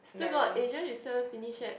still got Asia you haven't finish yet